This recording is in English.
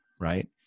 right